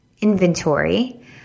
inventory